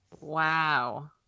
Wow